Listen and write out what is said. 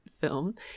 film